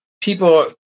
people